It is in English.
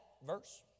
Verse